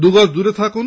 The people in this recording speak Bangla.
দুগজ দূরে থাকুন